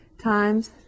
times